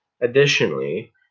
Additionally